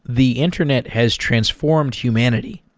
the internet has transformed humanity.